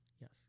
Yes